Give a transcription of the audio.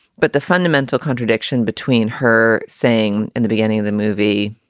but the fundamental contradiction between her saying in the beginning of the movie,